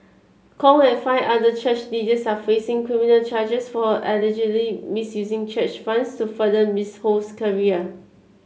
Kong and five other church leaders are facing criminal charges for allegedly misusing church funds to further Miss Ho's career